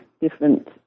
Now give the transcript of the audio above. different